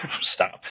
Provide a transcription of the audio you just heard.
stop